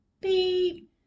beep